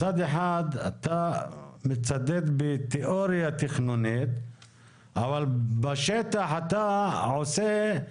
מצד אחד אתה מצדד בתיאוריה תכנונית אבל בשטח אתה עושה,